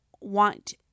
want